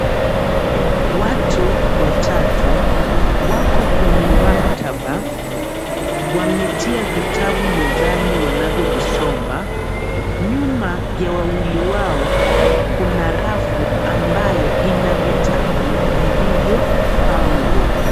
Watu watatu wako kwenye maktaba. Wametia vitabu mezani wanavyovisoma. Nyuma ya wawili wao kuna rafu ambayo ina vitabu vilivyopangwa.